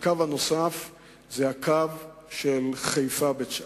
הקו הנוסף הוא הקו של חיפה בית-שאן.